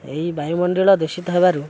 ଏହି ବାୟୁମଣ୍ଡଳ ଦୂଷିତ ହେବାରୁ